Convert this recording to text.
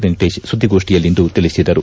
ವೆಂಕಟೇಶ್ ಸುದ್ದಿಗೋಷ್ಟಿಯಲ್ಲಿಂದು ತಿಳಿಸಿದರು